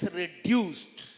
reduced